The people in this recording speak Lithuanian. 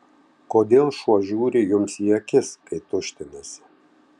kodėl šuo žiūri jums į akis kai tuštinasi